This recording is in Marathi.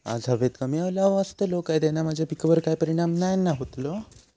आज हवेत कमी ओलावो असतलो काय त्याना माझ्या पिकावर वाईट परिणाम नाय ना व्हतलो?